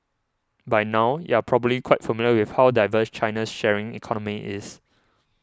by now you're probably quite familiar with how diverse China's sharing economy is